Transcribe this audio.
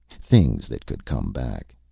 things that could come back.